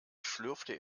schlürfte